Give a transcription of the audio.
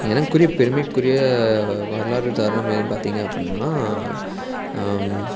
எனக்குரிய பெருமைக்குரிய வரலாறு தருணம் எதுன்னு பார்த்திங்க அப்புடின்னா